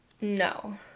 No